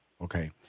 Okay